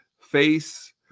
face